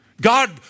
God